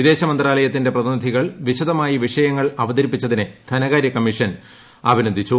വിദേശമന്ത്രാലയത്തിന്റെ പ്രതിനിധികൾ വിശദമായി വിഷയങ്ങൾ അവതരിപ്പിച്ചതിനെ ധനകാര്യ കമ്മീഷൻ അഭിനന്ദിച്ചു